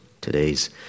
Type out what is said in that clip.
today's